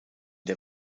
der